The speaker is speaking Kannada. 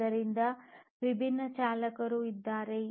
ಆದ್ದರಿಂದ ವಿಭಿನ್ನ ಚಾಲಕರು ಇದ್ದಾರೆ